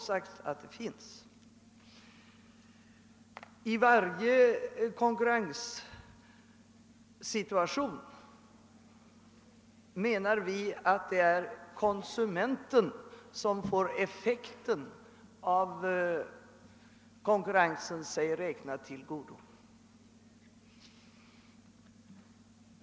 Vi menar att det i varje konkurrenssituation är konsumenten som får effekten av konkurrensen sig räknad till godo.